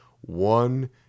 one